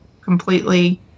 completely